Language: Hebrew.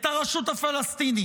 את הרשות הפלסטינית.